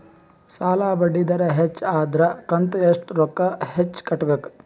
ಸಾಲಾ ಬಡ್ಡಿ ದರ ಹೆಚ್ಚ ಆದ್ರ ಕಂತ ಎಷ್ಟ ರೊಕ್ಕ ಹೆಚ್ಚ ಕಟ್ಟಬೇಕು?